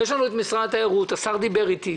יש לנו את משרד התיירות השר דיבר איתי,